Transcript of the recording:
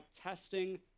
testing